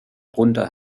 drunter